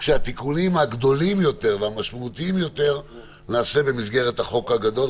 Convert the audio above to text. כשהתיקונים הגדולים יותר והמשמעותיים ביותר נעשה במסגרת החוק הגדול,